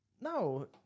No